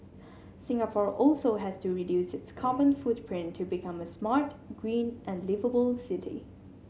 Singapore also has to reduce its carbon footprint to become a smart green and liveable city